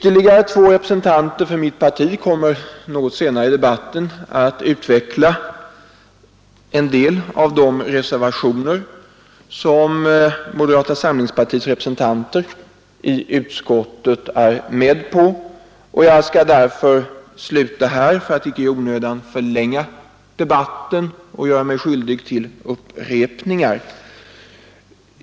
Representanter för mitt parti kommer något senare i debatten att utveckla en del av de reservationer som moderata samlingspartiet i utskottet är med på. Jag skall därför sluta här för att icke i onödan förlänga debatten.